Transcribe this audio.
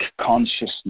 consciousness